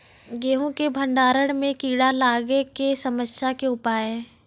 गेहूँ के भंडारण मे कीड़ा लागय के समस्या के उपाय?